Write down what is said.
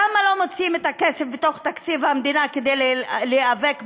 למה לא מוצאים את הכסף בתוך תקציב המדינה כדי להיאבק בעוני?